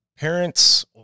parents